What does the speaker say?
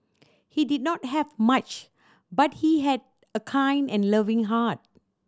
he did not have much but he had a kind and loving heart